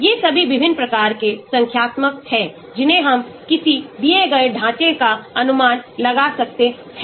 ये सभी विभिन्न प्रकार के संख्यात्मक हैं जिन्हें हम किसी दिए गए ढांचे का अनुमान लगा सकते हैं